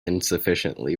insufficiently